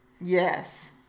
yes